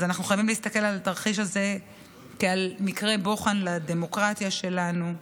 אנחנו חייבים להסתכל על התרחיש הזה כעל מקרה בוחן לדמוקרטיה שלנו.